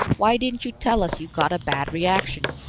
why didn't you tell us you got a bad reaction,